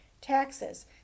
taxes